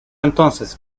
entonces